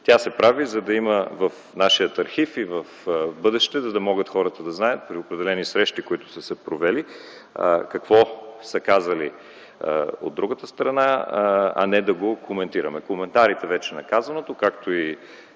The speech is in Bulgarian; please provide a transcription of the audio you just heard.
Тя се прави, за да има в нашия архив и в бъдеще, за да могат хората да знаят при определени срещи, които са се провели, какво са казали от другата страна, а не да го коментираме. Коментарите на вече казаното, както и